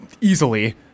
Easily